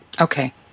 Okay